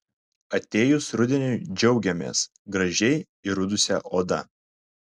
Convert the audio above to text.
atėjus rudeniui džiaugiamės gražiai įrudusia oda